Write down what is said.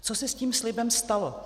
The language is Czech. Co se s tím slibem stalo?